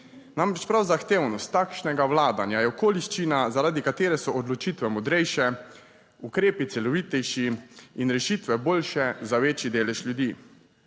Namreč prav zahtevnost takšnega vladanja je okoliščina, zaradi katere so odločitve modrejše. Ukrepi celovitejši in rešitve boljše za večji delež ljudi.